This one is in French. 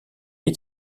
est